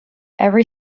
every